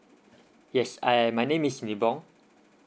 yes I my name is nibong